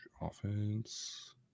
Offense